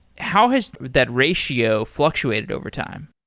how has that ratio fluctuated overtime?